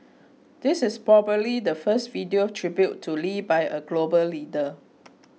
this is probably the first video tribute to Lee by a global leader